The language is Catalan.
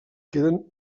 queden